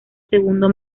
segundo